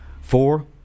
Four